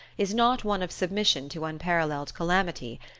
is not one of submission to unparalleled calamity.